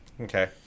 Okay